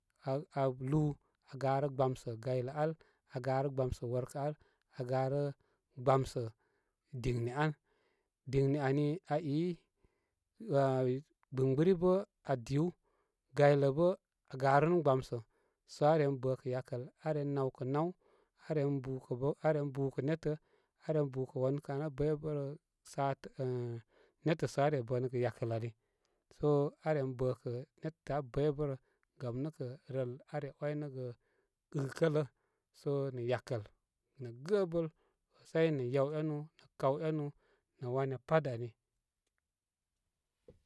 A, a lūū a garə gbamsə' gaylə ar, aa garə gbamsə' wor ar, aa garə gbamsə diŋne ani aa iy, gbɨmgbɨri bə' aa diw, gaylə bə aa garunu gbamsə so aa ren bə kə' yakəl, aa ren nawkə naw, aa ren bukə' bə' aa ren bukə netə' aa ren bukə wanu kan bə'bərə, sə mh netə' sə aa re bə nəgə yakəl ari so aa ren bə'kə' netə abəy bə'bə' rə gam nə' kə' rəl aa re waynəgə ɨkələ so nə' yakəl nə' gəəbəl sei nə yaw enu, kaw enu nə' waya pat ani.